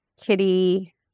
kitty